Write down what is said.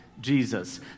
Jesus